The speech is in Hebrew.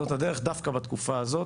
זאת הדרך דווקא בתקופה הזאת.